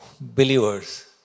believers